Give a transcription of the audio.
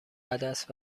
عدس